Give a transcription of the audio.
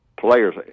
players